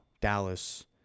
Dallas